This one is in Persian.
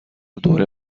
دوره